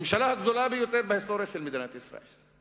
הממשלה הגדולה ביותר בהיסטוריה של מדינת ישראל.